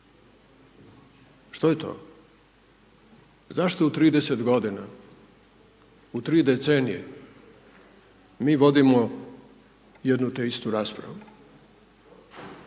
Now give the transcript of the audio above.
što je to, zašto u 30 godina u tri decenije mi vodimo jednu te istu raspravu?